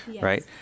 right